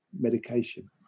medication